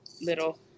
little